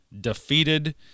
defeated